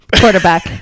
Quarterback